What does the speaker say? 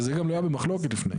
זה גם לא היה במחלוקת לפני.